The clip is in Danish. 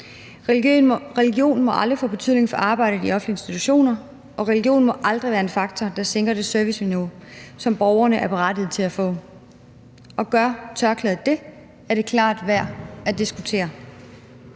Religion må aldrig få betydning for arbejdet i offentlige institutioner, og religion må aldrig være en faktor, der sænker det serviceniveau, som borgerne er berettiget til at få. Gør tørklædet det, er det klart værd at diskutere.